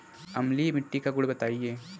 अम्लीय मिट्टी का गुण बताइये